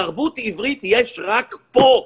תרבות עברית יש רק פה,